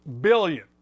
billion